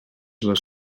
les